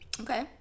Okay